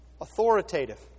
authoritative